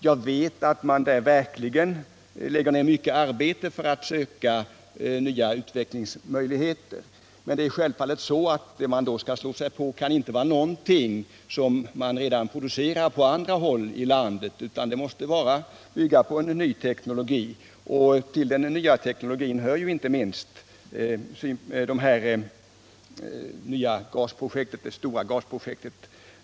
Jag vet att man där verkligen lägger ned mycket arbete för att söka nya utvecklingsmöjligheter. Men självfallet kan det som man skall slå sig på inte vara något som produceras på andra håll i landet, utan det måste bygga på ny teknologi, och till den nya teknologin hör ju inte minst det stora gasprojektet.